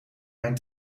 mijn